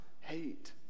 hate